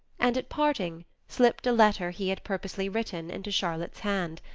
and, at parting, slipped a letter he had purposely written, into charlotte's hand,